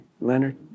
Leonard